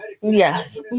yes